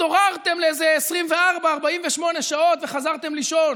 התעוררתם לאיזה 24 48 שעות וחזרתם לישון